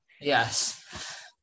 Yes